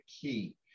key